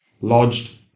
lodged